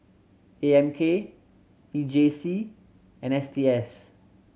A M K E J C and S T S